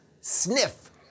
sniff